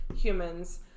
humans